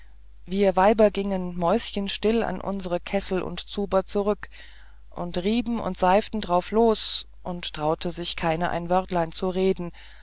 wir weiber gingen mäuschenstill an unsere kessel und zuber zurück und rieben und seiften drauflos und traute sich keine ein wörtlein zu reden